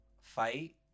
fight